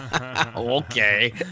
Okay